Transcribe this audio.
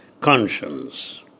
conscience